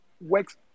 works